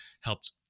helped